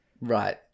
right